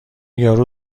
یارو